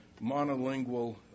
monolingual